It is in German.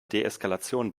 deeskalation